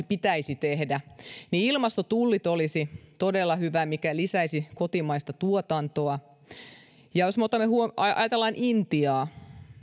pitäisi tehdä ilmastotullit olisivat todella hyvä ja se lisäisi kotimaista tuotantoa jos me ajattelemme intiaa